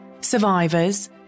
survivors